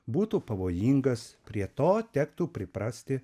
būtų pavojingas prie to tektų priprasti